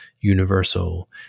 universal